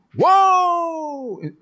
Whoa